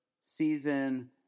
season